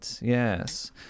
Yes